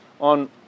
on